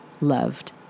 loved